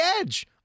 edge